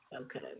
Okay